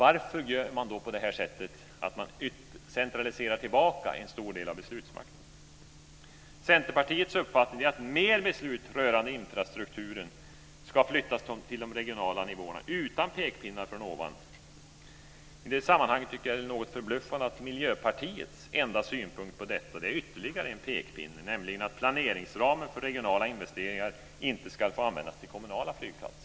Varför gör man då på detta sätt att man centraliserar tillbaka en stor del av beslutsmakten? Centerpartiets uppfattning är att mer beslut rörande infrastrukturen ska flyttas till de regionala nivåerna, utan pekpinnar från ovan. I det sammanhanget är det något förbluffande att Miljöpartiets enda synpunkt på detta är ytterligare en pekpinne, nämligen att planeringsramen för regionala investeringar inte ska få användas till kommunala flygplatser.